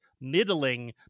middling